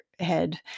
head